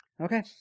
Okay